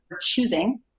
choosing